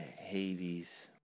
Hades